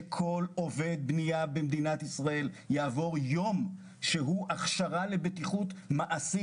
שכל עובד בנייה במדינת ישראל יעבור יום של הכשרה לבטיחות מעשית.